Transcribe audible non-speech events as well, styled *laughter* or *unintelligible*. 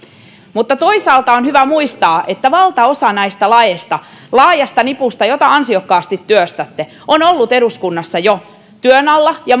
toisaalta on hyvä muistaa että valtaosa näistä laeista laajasta nipusta jota ansiokkaasti työstätte on ollut eduskunnassa jo työn alla ja *unintelligible*